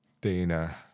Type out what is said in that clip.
Dana